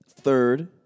third